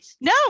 No